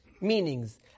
meanings